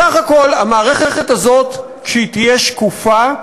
בסך הכול המערכת הזאת, כשהיא תהיה שקופה,